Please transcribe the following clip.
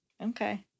Okay